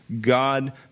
God